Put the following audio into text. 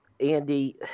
Andy